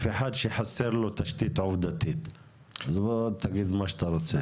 אחד שחסר לו תשתית עובדתית אז בוא תגיד מה שאתה רוצה.